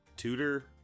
Tutor